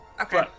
Okay